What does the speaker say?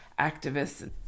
activists